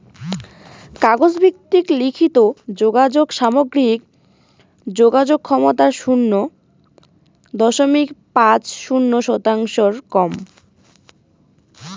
কাগজ ভিত্তিক লিখিত যোগাযোগ সামগ্রিক যোগাযোগ ক্ষমতার শুন্য দশমিক শূন্য পাঁচ শতাংশর কম